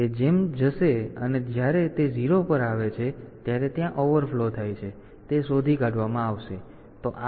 તેથી તે જેમ જશે અને જ્યારે તે 0 પર આવે છે ત્યારે ત્યાં ઓવરફ્લો થાય છે